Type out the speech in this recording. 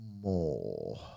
More